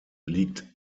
liegt